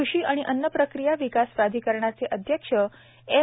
कृषी आणि अन्न प्रक्रिया विकास प्राधिकरणाचे अध्यक्ष एम